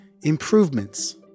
improvements